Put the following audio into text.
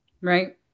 Right